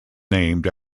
named